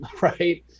Right